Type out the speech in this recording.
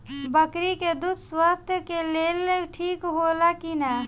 बकरी के दूध स्वास्थ्य के लेल ठीक होला कि ना?